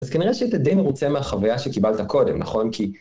אז כנראה שהיית די מרוצה מהחוויה שקיבלת קודם, נכון? כי...